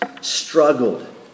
struggled